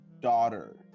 daughter